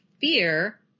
fear